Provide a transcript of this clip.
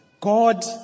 God